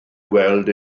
weld